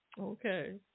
Okay